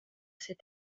cet